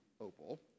opal